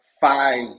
five